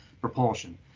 propulsion